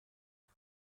مرز